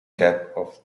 gap